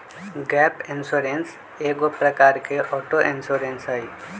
gap insurance एगो प्रकार के ऑटो इंश्योरेंस हइ